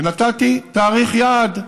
ונתתי תאריך יעד,